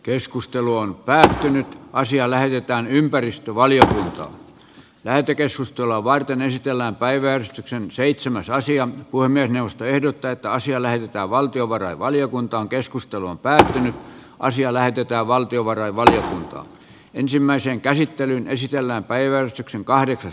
keskustelu on päättynyt ja asia lähetetään ympäristövaliokuntaan lähetekeskustelua varten esitellään päiväys on seitsemän raision voimin jaosto ehdottaa että asia lähetetään valtiovarainvaliokuntaankeskustelun pään asia lähetetään valtiovarainvaliokuntaan ensimmäisen käsittelyn esitellään kasvukeskusten tilannetta